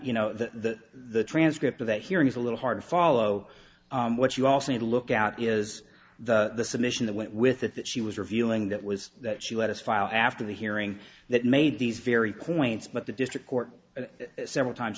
you know that the transcript of that hearing is a little hard to follow what you also need to look out is the submission that went with it that she was revealing that was that she let us file after the hearing that made these very point but the district court several times